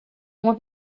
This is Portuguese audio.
uma